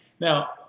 Now